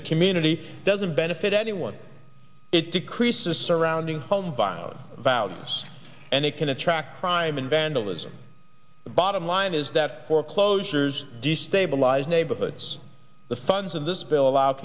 the community doesn't benefit anyone it decreases surrounding home biology values and it can attract crime and vandalism the bottom line is that foreclosures destabilize neighborhoods the funds in this bill allow